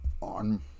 on